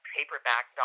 Paperback